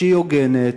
שהיא הוגנת.